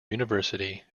university